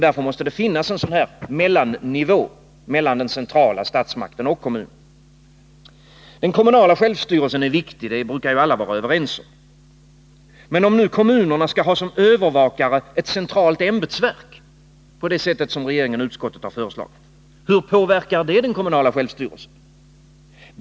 Därför måste det finnas en mellannivå' Den kommunala självstyrelsen är viktig — det är alla överens om. Men om nu kommunerna, på det sätt som regering och utskott har föreslagit, skall ha som övervakare ett centralt ämbetsverk, hur påverkar det den kommunala självstyrelsen?